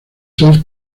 seis